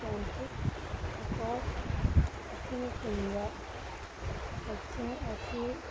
centric ꯍꯦꯄ꯭ꯔꯣꯁ ꯑꯁꯤꯅ ꯆꯤꯡꯕ ꯂꯧꯁꯤꯡ ꯑꯁꯤ